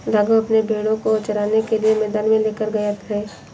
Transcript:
राघव अपने भेड़ों को चराने के लिए मैदान में लेकर गया है